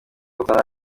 kuzamura